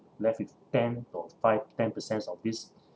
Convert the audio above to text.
left with ten or five ten percent of this